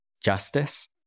justice